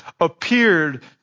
appeared